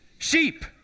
Sheep